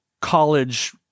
college